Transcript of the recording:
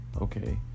okay